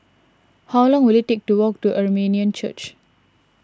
how long will it take to walk to Armenian Church